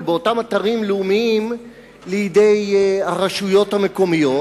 באותם אתרים לאומיים לידי הרשויות המקומיות,